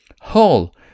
hall